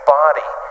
body